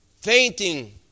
fainting